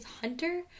hunter